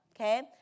okay